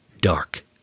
dark